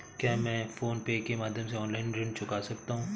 क्या मैं PhonePe के माध्यम से ऑनलाइन ऋण चुका सकता हूँ?